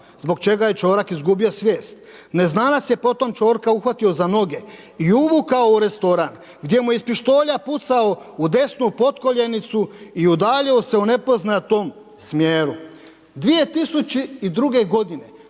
zbog čega je Čorak izgubio svijest. Neznanac je potom Čorka uhvatio za noge i uvukao u restoran gdje mu je iz pištolja pucao u desnu potkoljenicu i udaljio se u nepoznatom smjeru.“ 2002. godine